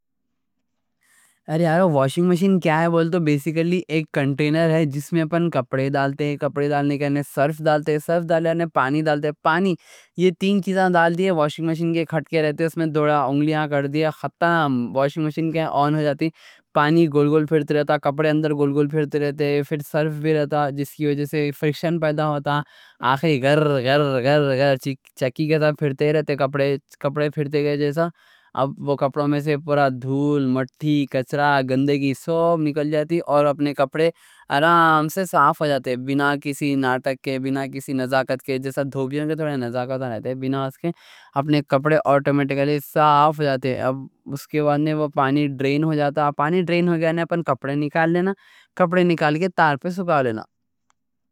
ارے یارو، واشنگ مشین کیا ہے بولے تو بیسیکلی ایک کنٹینر ہے جس میں اپن کپڑے ڈالتے، سرف ڈالتے، پانی ڈالتے. یہ تین چیزاں ڈالتے، کھٹ کے رہتا، مشین آن ہو جاتی. پانی گل گل پھرتی رہتا، کپڑے اندر گل گل پھرتے رہتے، سرف بھی رہتا، جس کی وجہ سے فریکشن پیدا ہوتا. آکے گر گر گر چکی کے ساتھ پھرتے رہتے کپڑے، پھرتے گئے جیسا. اب وہ کپڑوں میں سے پورا دھول، مٹی، کچرا، گندگی سو نکل جاتی اور اپنے کپڑے آرام سے صاف ہو جاتے، بینا کسی ناٹک کے، بینا کسی نزاکت کے جیسا دھوبیوں کے تھوڑے نزاکتاں رہتے، بینا اس کے اپنے کپڑے آٹومیٹکلی صاف ہو جاتے. اس کے بعد میں پانی ڈرین ہو جاتا، پانی ڈرین ہو گیا ہے نا اپنے کپڑے نکال لینا، کپڑے نکال کے تار پہ سکھا لینا.